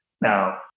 Now